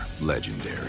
legendary